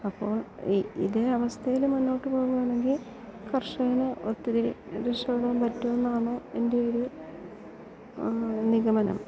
അപ്പോൾ ഈ ഇതേ അവസ്ഥയിൽ മുന്നോട്ട് പോകുകയാണെങ്കിൽ കർഷകനെ ഒത്തിരി രക്ഷപ്പെടാൻ പറ്റുമെന്നാണ് എൻ്റെ ഒരു നിഗമനം